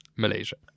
Malaysia